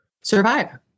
survive